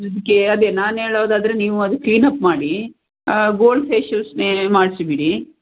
ಅದಕ್ಕೆ ಅದೇ ನಾನೇಳೋದಾದರೆ ನೀವು ಅದು ಕ್ಲೀನಪ್ ಮಾಡಿ ಗೋಲ್ಡ್ ಫೇಶಿಯಲ್ಸ್ನೇ ಮಾಡಿಸಿಬಿಡಿ